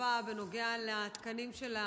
בהרחבה בנוגע לתקנים של האכיפה.